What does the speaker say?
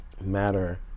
matter